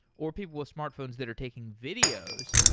or people with smartphones that are taking videos,